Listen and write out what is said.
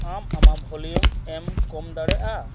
ᱟᱢ ᱟᱢᱟᱜ ᱵᱷᱚᱞᱤᱭᱩᱢᱮᱢ ᱠᱚᱢ ᱫᱲᱮᱭᱟᱜᱼᱟ